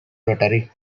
rhetoric